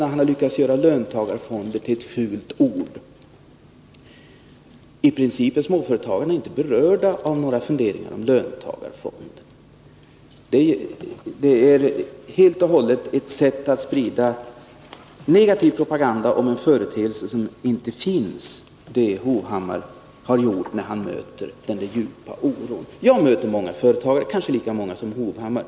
Han har lyckats göra löntagarfonder till ett fult ord. I princip är småföretagare inte berörda av några funderingar om löntagarfonder. Det Erik Hovhammar gjort när han mött denna djupa oro är att sprida negativ propaganda om en företeelse som inte finns. Jag möter också många företagare, kanske lika många som Erik Hovhammar.